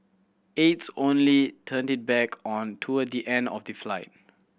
aides only turned it back on toward the end of the flight